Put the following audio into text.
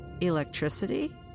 electricity